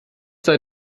sei